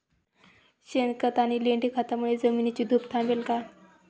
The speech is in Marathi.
शेणखत आणि लेंडी खतांमुळे जमिनीची धूप थांबेल का?